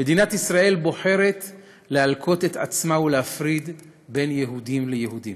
מדינת ישראל בוחרת להלקות את עצמה ולהפריד בין יהודים ליהודים.